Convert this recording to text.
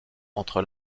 entre